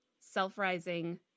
self-rising